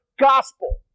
gospel